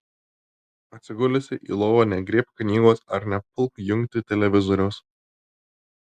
atsigulusi į lovą negriebk knygos ar nepulk jungti televizoriaus